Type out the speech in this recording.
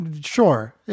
sure